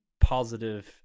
positive